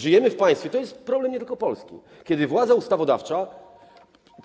Żyjemy w państwie - to jest problem nie tylko Polski - w którym władza ustawodawcza